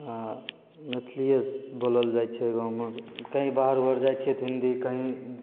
हाँ मैथिलिए बोलल जाइ छै गाममे कहीँ बाहर उहर जाइ छिए तऽ हिन्दी कहीँ